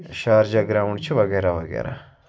Sharjah ground چھِ وغیرہ وغیرہ